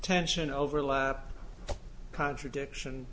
tension over a contradiction